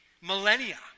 Millennia